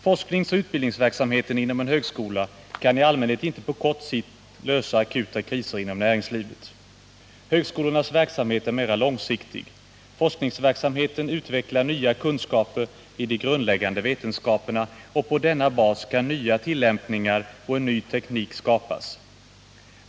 Forskningsoch utbildningsverksamheten inom en högskola kan i allmänhet inte på kort sikt lösa akuta kriser inom näringslivet. Högskolornas verksamhet är mera långsiktig. Forskningsverksamheten utvecklar nya kunskaper i de grundläggande vetenskaperna, och på denna bas kan nya tillämpningar och en ny teknik skapas.